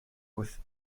with